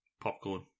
Popcorn